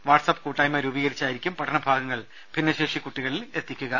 WhatsApp കൂട്ടായ്മ രൂപീകരിച്ചായിരിക്കും പാഠഭാഗങ്ങൾ ഭിന്നശേഷി കുട്ടികളിലെത്തിക്കുക